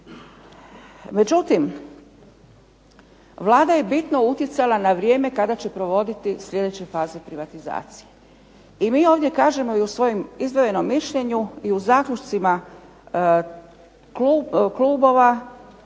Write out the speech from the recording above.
Međutim, Vlada je bitno utjecala na vrijeme kada će provoditi sljedeće faze privatizacije. I mi ovdje kažemo u svojem izdvojenom mišljenju i u zaključcima klubova